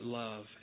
love